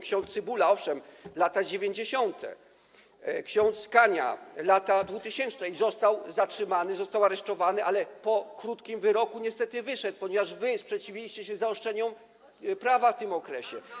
ks. Cybula - owszem, lata 90., ks. Kania - lata dwutysięczne, został zatrzymany, został aresztowany, ale po krótkim wyroku niestety wyszedł, ponieważ wy sprzeciwiliście się zaostrzeniu prawa w tym okresie.